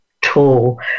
tall